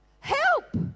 Help